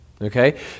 Okay